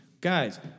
Guys